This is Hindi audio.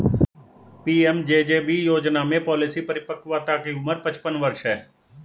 पी.एम.जे.जे.बी योजना में पॉलिसी परिपक्वता की उम्र पचपन वर्ष है